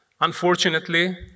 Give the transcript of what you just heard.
Unfortunately